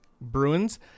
bruins